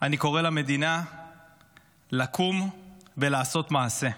אני קורא למדינה לקום ולעשות מעשה,